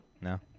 No